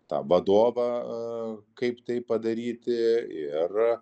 tą vadovą kaip tai padaryti ir